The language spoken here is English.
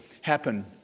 happen